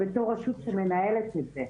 בתור רשות שמנהלת את זה.